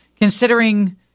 considering